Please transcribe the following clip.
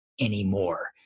anymore